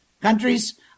countries